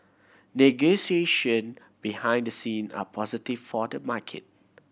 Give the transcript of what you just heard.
negotiation behind the scene are positive for the market